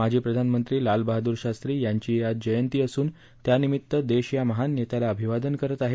माजी प्रधानमंत्री लाल बहादूर शास्त्री यांचीही आज जयंती असून त्यानिमित्त देश या महान नेत्याला अभिवादन करत आहे